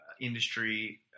industry